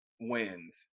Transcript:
wins